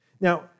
Now